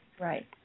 Right